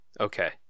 Okay